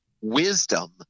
wisdom